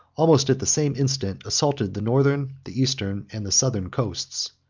almost at the same instant, assaulted the northern, the eastern, and the southern coasts.